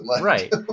Right